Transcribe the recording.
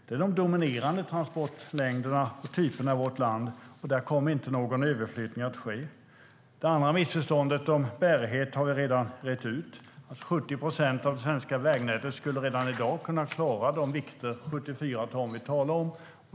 Det är de dominerande transportlängderna och transporttyperna i vårt land, och där kommer ingen överflyttning att ske. Det andra missförståndet om bärighet har jag redan rett ut. 70 procent av det svenska vägnätet skulle redan i dag kunna klara de vikter på 74 ton som vi talar om.